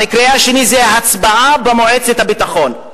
המקרה השני זה הצבעה במועצת הביטחון.